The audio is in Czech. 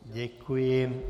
Děkuji.